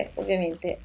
ovviamente